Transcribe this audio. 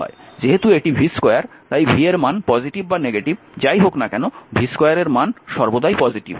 যেহেতু এটি v2 তাই v এর মান পজিটিভ বা নেগেটিভ যাই হোক না কেন v2 এর মান সর্বদাই পজিটিভ